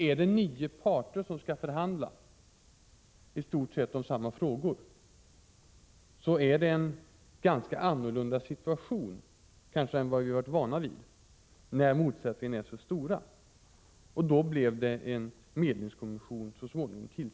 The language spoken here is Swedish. Om det är nio parter som skall förhandla om i stort sett samma frågor och när motsättningarna är så stora är det en ganska annorlunda situation än vad vi varit vana vid. Därför tillsattes så småningom en medlingskommission.